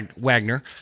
Wagner